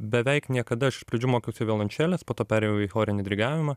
beveik niekada aš iš pradžių mokiausi violončelės po to perėjau į chorinį dirigavimą